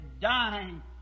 dying